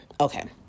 Okay